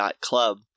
Club